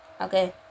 Okay